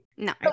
No